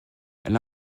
elle